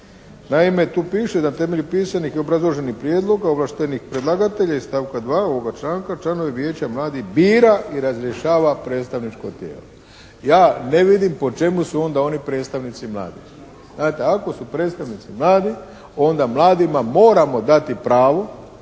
Naime tu piše na temelju pisanih i obrazloženih prijedloga ovlaštenik predlagatelja iz stavka 2. ovoga članka članove Vijeća mladih bira i razriješava predstavničko tijelo. Ja ne vidim po čemu su onda oni predstavnici mladih. Znate ako su predstavnici mladih onda mladima moramo dati pravo